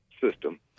system